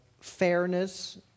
fairness